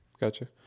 Gotcha